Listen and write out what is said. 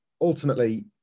ultimately